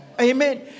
Amen